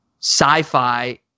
sci-fi